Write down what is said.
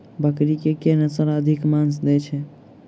बकरी केँ के नस्ल अधिक मांस दैय छैय?